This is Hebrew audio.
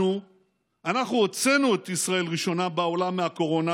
אנחנו הוצאנו את ישראל ראשונה בעולם מהקורונה